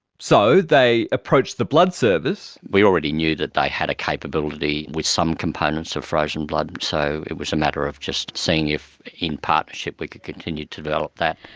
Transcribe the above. so they approached the blood service. we already knew that they had a capability with some components of frozen blood, so it was a matter of just seeing if in partnership we could continue to develop that.